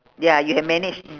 ya you have manage